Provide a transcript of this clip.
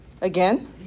Again